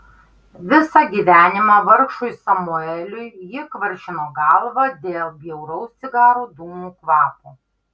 visą gyvenimą vargšui samueliui ji kvaršino galvą dėl bjauraus cigarų dūmų kvapo